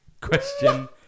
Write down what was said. Question